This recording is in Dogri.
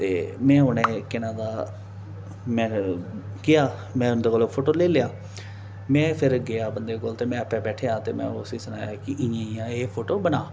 ते में उनेंगी केह् न होंदा में केह् में उंदे कोला फोटो लेई लेआ में फेर गेआ बंदे कोल ते में आपे बैठेआ ते में उसी सनाया कि इ'यां इ'यां एह् फोटो बनाऽ